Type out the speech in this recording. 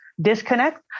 disconnect